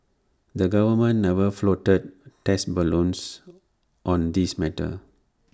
the government never floated test balloons on this matter